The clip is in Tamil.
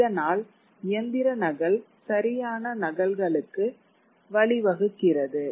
இதனால் இயந்திர நகல் சரியான நகல்களுக்கு வழிவகுக்கிறது